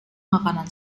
makanan